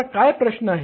आता काय प्रश्न आहे